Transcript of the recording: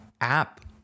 app